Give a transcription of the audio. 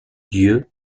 dieux